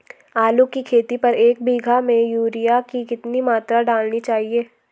आलू की खेती पर एक बीघा में यूरिया की कितनी मात्रा डालनी चाहिए?